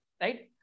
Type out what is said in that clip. Right